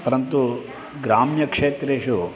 परन्तु ग्राम्यक्षेत्रेषु